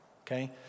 Okay